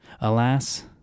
Alas